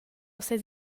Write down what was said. seis